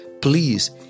Please